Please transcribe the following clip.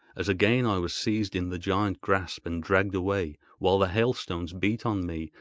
as again i was seized in the giant-grasp and dragged away, while the hailstones beat on me,